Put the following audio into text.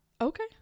Okay